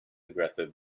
aggressive